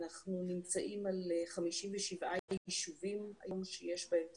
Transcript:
אנחנו נמצאים על 57 יישובים שיש בהם תחלואה.